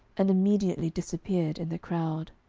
and immediately disappeared in the crowd.